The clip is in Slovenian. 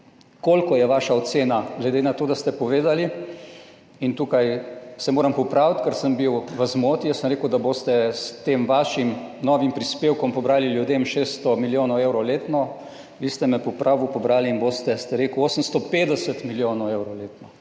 koliko je vaša ocena glede na to, da ste povedali, in tukaj se moram popraviti, ker sem bil v zmoti. Jaz sem rekel, da boste s tem vašim novim prispevkom pobrali ljudem 600 milijonov evrov letno. Vi ste me popravi pobrali in boste, ste rekel, 850 milijonov evrov letno,